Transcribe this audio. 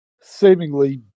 seemingly